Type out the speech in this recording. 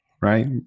Right